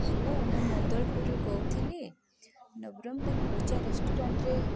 hello ମୁଁ ମୈଇଦଳପୁରରୁ କହୁଥିଲି ନବରଙ୍ଗପୁର ପୂଜା ରେଷ୍ଟୁରାଣ୍ଟ୍ରେ